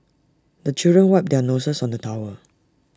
the children wipe their noses on the towel